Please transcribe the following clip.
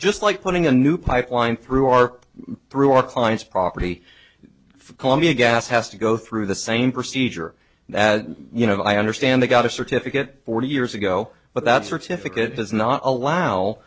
just like putting a new pipeline through our through our clients property for columbia gas has to go through the same procedure that you know i understand they got a certificate forty years ago but that's are typically it does not allow